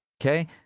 okay